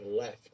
left